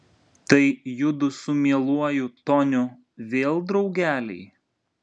tai judu su mieluoju toniu vėl draugeliai